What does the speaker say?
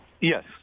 Yes